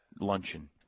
luncheon